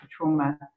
trauma